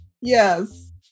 Yes